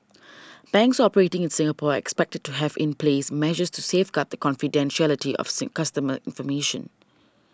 banks operating in Singapore expected to have in place measures to safeguard the confidentiality of customer information